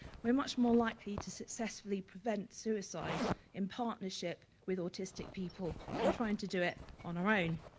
we're much more likely to successfully prevent suicide in partnership with autistic people and trying to do it on our own.